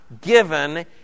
given